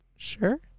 Sure